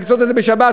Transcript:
לעשות את זה בשבת.